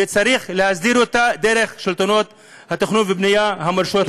וצריך להסדיר אותה דרך שלטונות התכנון והבנייה המורשים לזה,